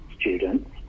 students